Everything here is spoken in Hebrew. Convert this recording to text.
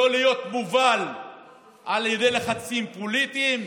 לא להיות מובל על ידי לחצים פוליטיים.